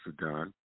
Sudan